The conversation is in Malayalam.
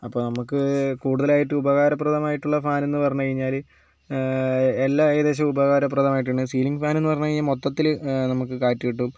അപ്പോൾ നമുക്ക് കൂടുതലായിട്ടും ഉപകാരപ്രദമായിട്ടുള്ള ഫാൻ എന്ന് പറഞ്ഞുകഴിഞ്ഞാൽ എല്ലാം ഏകദേശം ഉപകാരപ്രദമായിട്ട് ഉണ്ട് സീലിംങ് ഫാൻ എന്ന് പറഞ്ഞുകഴിഞ്ഞാൽ മൊത്തത്തിൽ നമുക്ക് കാറ്റ് കിട്ടും